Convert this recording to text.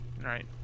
Right